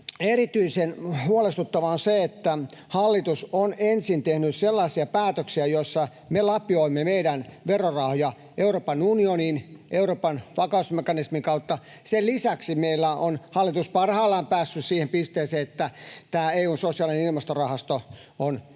Erityisen huolestuttavaa on se, että hallitus on ensin tehnyt sellaisia päätöksiä, joissa me lapioimme meidän verorahojamme Euroopan unioniin Euroopan vakausmekanismin kautta. Sen lisäksi meillä on hallitus parhaillaan päässyt siihen pisteeseen, että tämä EU:n sosiaalinen ilmastorahasto on hyväksyttävissä